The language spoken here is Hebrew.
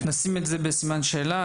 נשים את זה בסימן שאלה.